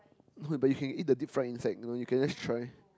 but you can eat the deep fried insect or you can just try